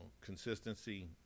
consistency